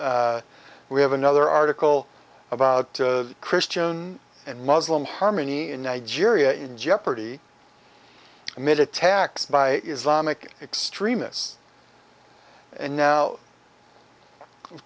we have another article about christian and muslim harmony in nigeria in jeopardy amid attacks by islamic extremists and now